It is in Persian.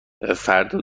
فردا